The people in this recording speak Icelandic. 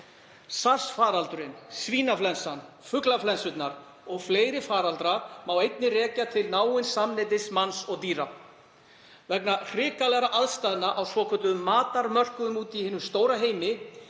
SARS-faraldurinn, svínaflensuna, fuglaflensurnar og fleiri faraldra má einnig rekja til náins samneytis manna og dýra. Vegna hrikalegra aðstæðna á svokölluðum matarmörkuðum úti í hinum stóra heimi